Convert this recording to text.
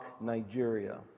Nigeria